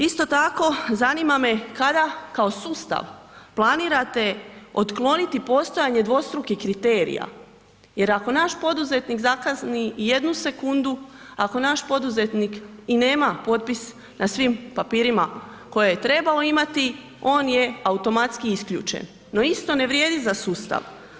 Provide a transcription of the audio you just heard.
Isto tako, zanima me kada, kao sustav, planirate otkloniti postojanje dvostrukih kriterija, jer ako naš poduzetnik zakasni i jednu sekundu, ako naš poduzetnik i nema potpis na svim papirima koje je trebao imati, on je automatski isključen, no isto ne vrijedi za sustav.